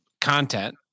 content